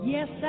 Yes